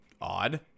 odd